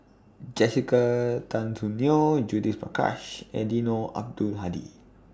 Jessica Tan Soon Neo Judith Prakash Eddino Abdul Hadi